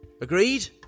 Agreed